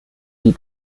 die